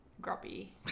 grubby